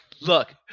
Look